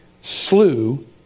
slew